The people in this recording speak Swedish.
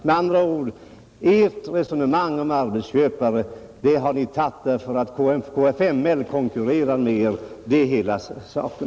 Med andra ord: Ert resonemang om arbetsköpare har ni börjat därför att KFML konkurrerar med er. Det är hela saken.